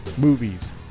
movies